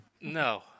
No